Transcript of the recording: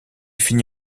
fini